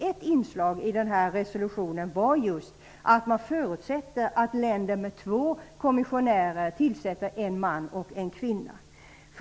Ett inslag i resolutionen var att man förutsätter att länder med två kommissionärer tillsätter en man och en kvinna.